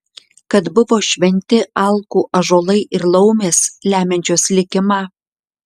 kad buvo šventi alkų ąžuolai ir laumės lemiančios likimą